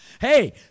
Hey